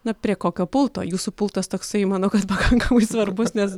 na prie kokio pulto jūsų pultas toksai manau kad pakankamai svarbus nes